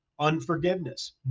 Unforgiveness